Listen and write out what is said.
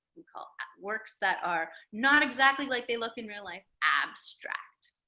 we call works that are not exactly like they look in real life abstract.